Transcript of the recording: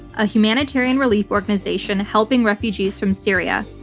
a humanitarian relief organization helping refugees from syria.